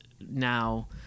now